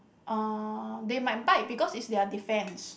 uh they might bite because it's their defence